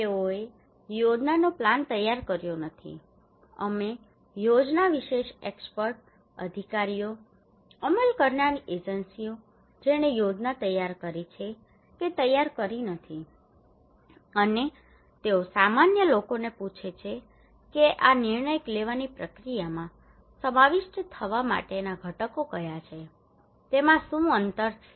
તેઓએ યોજનાનો પ્લાન તૈયાર કર્યો નથી અમે યોજના વિશેષ એક્ષ્પર્ત અધિકારીઓ અમલ કરનારી એજન્સીઓ જેણે યોજના તૈયાર કરી છે કે તૈયાર કરી નથી અને તેઓ સામાન્ય લોકોને પૂછે છે કે આ નિર્ણય લેવાની પ્રક્રિયામાં સમાવિષ્ટ થવા માટેના ઘટકો કયા છે તેમાં શું અંતર છે